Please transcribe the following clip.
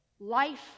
Life